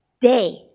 day